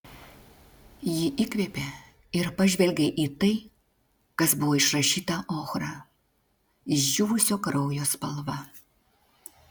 ji įkvėpė ir pažvelgė į tai kas buvo išrašyta ochra išdžiūvusio kraujo spalva